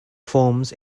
forms